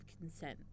consent